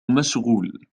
مشغول